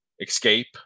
escape